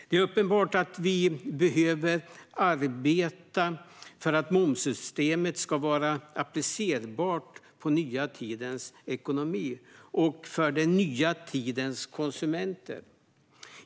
Det är uppenbart att vi behöver arbeta för att momssystemet ska vara applicerbart på den nya tidens ekonomi och för den nya tidens konsumenter.